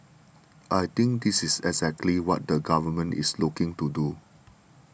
I think this is exactly what the government is looking to do